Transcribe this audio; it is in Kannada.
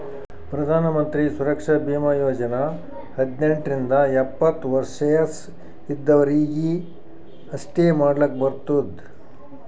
ಪ್ರಧಾನ್ ಮಂತ್ರಿ ಸುರಕ್ಷಾ ಭೀಮಾ ಯೋಜನಾ ಹದ್ನೆಂಟ್ ರಿಂದ ಎಪ್ಪತ್ತ ವಯಸ್ ಇದ್ದವರೀಗಿ ಅಷ್ಟೇ ಮಾಡ್ಲಾಕ್ ಬರ್ತುದ